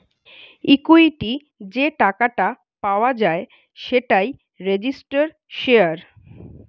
equity যে টাকাটা পাওয়া যায় সেটাই রেজিস্টার্ড শেয়ার